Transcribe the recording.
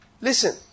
Listen